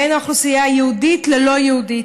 בין האוכלוסייה היהודית ללא-יהודית?